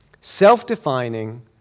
self-defining